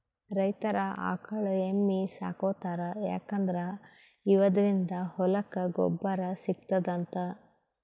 ರೈತರ್ ಆಕಳ್ ಎಮ್ಮಿ ಸಾಕೋತಾರ್ ಯಾಕಂದ್ರ ಇವದ್ರಿನ್ದ ಹೊಲಕ್ಕ್ ಗೊಬ್ಬರ್ ಸಿಗ್ತದಂತ್